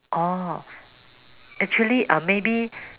orh actually maybe um maybe